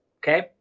Okay